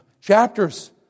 chapters